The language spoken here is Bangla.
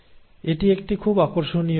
এটি একটি খুব আকর্ষণীয় ভিডিও